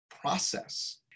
process